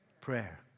prayer